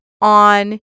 on